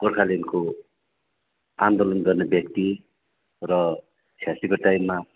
गोर्खाल्यान्डको आन्दोलन गर्ने व्यक्ति र छयासीको टाइममा